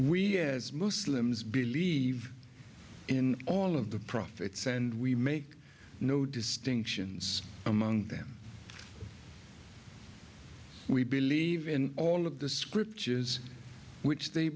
we as muslims believe in all of the prophets and we make no distinctions among them we believe in all of the scriptures which they